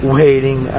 waiting